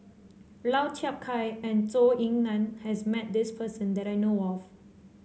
Lau Chiap Khai and Zhou Ying Nan has met this person that I know of